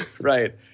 right